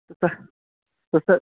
تو سر